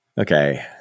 okay